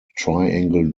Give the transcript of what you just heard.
triangle